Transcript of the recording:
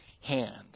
hand